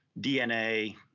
DNA